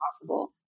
possible